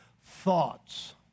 thoughts